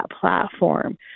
platform